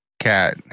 cat